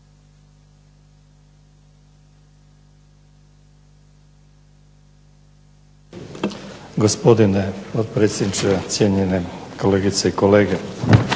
Hvala vam